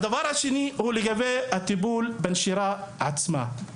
ושא נוסף הוא לגבי הטיפול בנשירה עצמה.